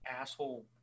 asshole